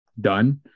done